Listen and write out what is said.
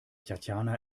tatjana